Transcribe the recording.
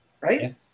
right